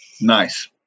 Nice